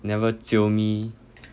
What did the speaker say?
never jio me